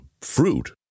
Fruit